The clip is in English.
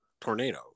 tornado